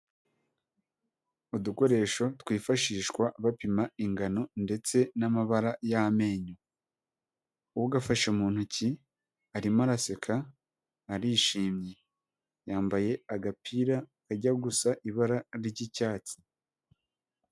Udukoresho twifashishwa bapima ingano ndetse n'amabara y'amenyo; ugafashe mu ntoki arimo araseka, arishimye; yambaye agapira kajya gusa ibara ry'icyatsi.